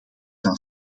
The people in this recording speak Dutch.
dan